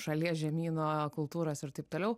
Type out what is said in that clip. šalies žemyno kultūros ir taip toliau